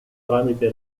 tramite